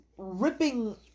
ripping